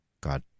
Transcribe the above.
God